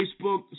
Facebook